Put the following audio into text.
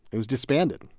it was disbanded.